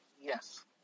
Yes